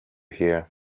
here